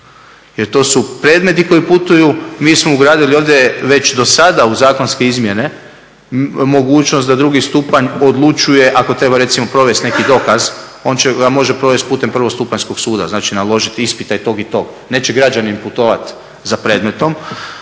jer to su predmeti koji putuju. Mi smo ugradili ovdje već dosada u zakonske izmjene mogućnost da drugi stupanj odlučuje ako treba recimo provesti neki dokaz on ga može provesti putem prvostupanjskog suda. Znači, naložiti ispitaj tog i tog. Neće građanin putovati za predmetom.